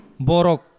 Borok